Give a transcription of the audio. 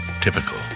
typical